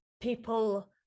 people